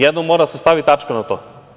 Jednom mora da se stavi tačka na to.